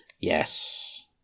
Yes